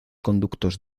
conductos